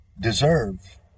deserve